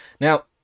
Now